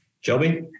Shelby